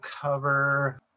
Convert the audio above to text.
cover